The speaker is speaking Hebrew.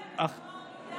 יועז, היית בחומה ומגדל?